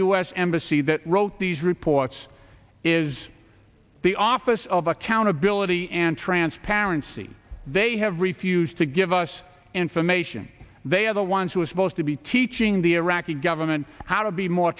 us embassy that wrote these reports is the office of accountability and transparency they have refused to give us information they are the ones who are supposed to be teaching the iraqi government how to be more